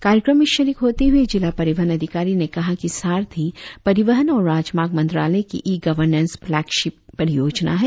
कार्यक्रम में शरिक होते हुए जिला परिवहन अधिकारी ने कहा कि सारथी परिवहन और राजमार्ग मंत्रालय की ई गोवरनेंस फ्लेगशिप परियोजना है